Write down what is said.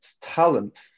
talent